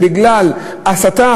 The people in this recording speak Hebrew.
זה הסתה,